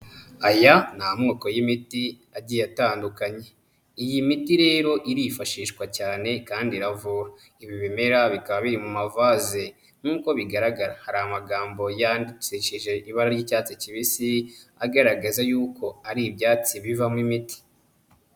Aya ni amoko y'imiti agiye atandukanye. Iyi miti rero irifashishwa cyane kandi iravura. Ibi bimera bikaba biri mu mavaze, nk'uko bigaragara hari amagambo yandikishije ibara ry'icyatsi kibisi agaragaza yuko ari ibyatsi bivamo imiti.